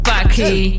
Bucky